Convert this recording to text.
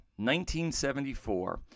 1974